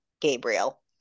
Gabriel